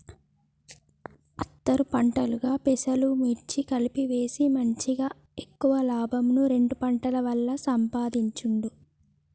అంతర్ పంటలుగా పెసలు, మిర్చి కలిపి వేసి మంచిగ ఎక్కువ లాభంను రెండు పంటల వల్ల సంపాధించిండు